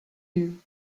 you